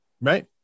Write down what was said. Right